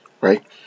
Right